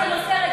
נושא רציני,